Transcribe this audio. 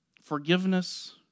Forgiveness